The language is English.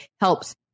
helps